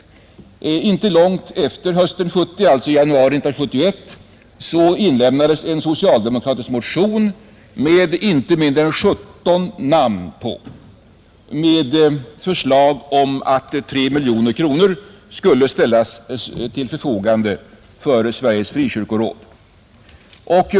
Inte lång tid efter hösten 1970, närmare bestämt i januari 1971, väcktes nämligen en socialdemokratisk motion med inte mindre än 17 underskrifter och i ilken man föreslog att 3 miljoner kronor skulle ställas till förfogande för Sveriges frikyrkoråd.